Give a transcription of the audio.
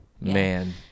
Man